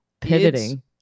pivoting